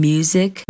Music